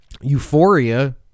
euphoria